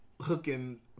hooking